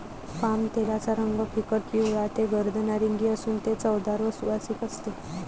पामतेलाचा रंग फिकट पिवळा ते गर्द नारिंगी असून ते चवदार व सुवासिक असते